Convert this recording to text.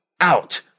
Out